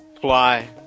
fly